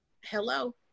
Hello